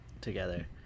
together